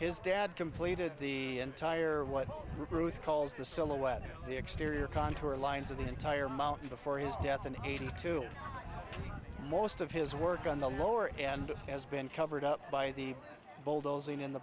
his dad completed the entire what ruth calls the silhouette the exterior contour lines of the entire mountain before his death an eighty two most of his work on the lower end has been covered up by the bulldozing in